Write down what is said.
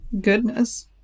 goodness